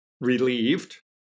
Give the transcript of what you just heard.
relieved